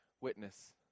witness